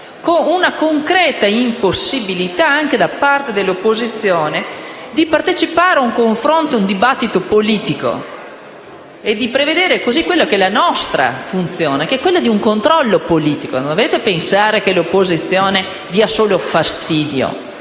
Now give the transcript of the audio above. con una concreta impossibilità, anche da parte dell'opposizione, di partecipazione a un confronto e a un dibattito politico, e di esercitare la propria funzione, che è quella del controllo politico. Non dovete pensare che l'opposizione dia solo fastidio;